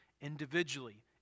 individually